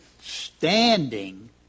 standing